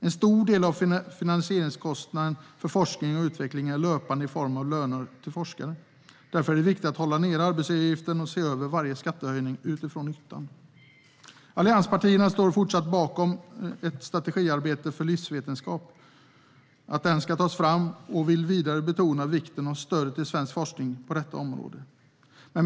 En stor del av finansieringskostnaden för forskning och utveckling är löpande i form av löner till forskare. Därför är det viktigt att hålla nere arbetsgivaravgiften och se över varje skattehöjning utifrån nyttan. Allianspartierna står även i fortsättningen bakom att en strategi för livsvetenskap ska tas fram och vill vidare betona hur viktigt stödet till svensk forskning på detta område är.